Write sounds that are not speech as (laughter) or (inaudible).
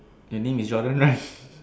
your name is Jordan right (laughs)